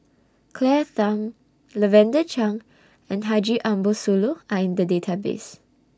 Claire Tham Lavender Chang and Haji Ambo Sooloh Are in The Database